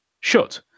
shut